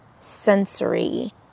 sensory